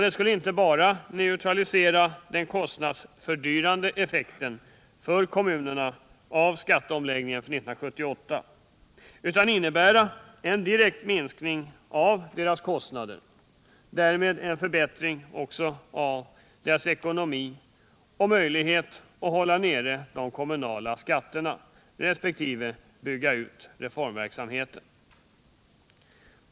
Detta skulle inte bara neutralisera den kostnadsfördyrande effekten för kommunerna av skatteomläggningen för 1978 utan innebära en direkt minskning av deras kost nader och därmed en förbättring av deras ekonomi och möjligheter att hålla nere de kommunala skatterna resp. bygga ut reformverksamheten.